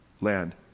land